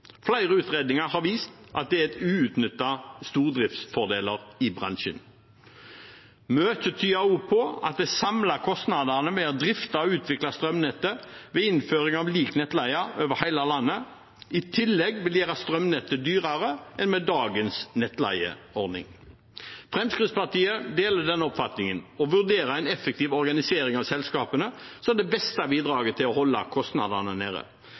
Flere utredninger har vist at det er uutnyttede stordriftsfordeler i bransjen. Mye tyder også på at de samlede kostnadene med å drifte og utvikle strømnettet ved innføring av lik nettleie over hele landet i tillegg vil gjøre strømnettet dyrere enn med dagens nettleieordning. Fremskrittspartiet deler denne oppfatningen. Å vurdere en effektiv organisering av selskapene er det beste bidraget til å holde kostnadene nede.